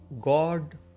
God